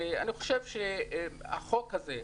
ואני חושב שהחוק הזה,